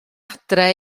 adre